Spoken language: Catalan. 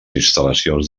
instal·lacions